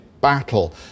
battle